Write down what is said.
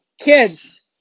kids